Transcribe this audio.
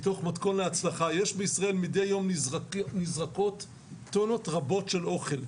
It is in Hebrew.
מתוך מתכון להצלחה: מדי יום נזרקות בישראל טונות רבות של אוכל.